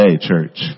church